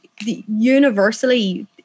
universally